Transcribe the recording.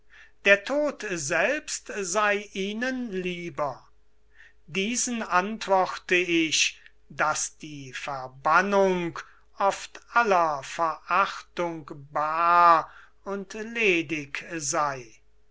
der tod selbst sei ihnen lieber diesen antworte ich daß die verbannung oft aller verachtung baar und ledig sei